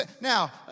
Now